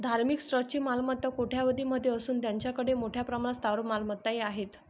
धार्मिक ट्रस्टची मालमत्ता कोट्यवधीं मध्ये असून त्यांच्याकडे मोठ्या प्रमाणात स्थावर मालमत्ताही आहेत